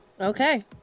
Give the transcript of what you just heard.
Okay